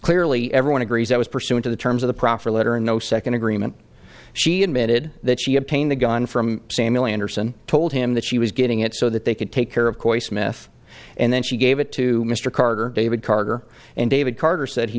clearly everyone agrees that was pursuant to the terms of the proffer letter no second agreement she admitted that she obtained the gun from say million or so and told him that she was getting it so that they could take care of course smith and then she gave it to mr carter david karger and david carter said he